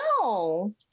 No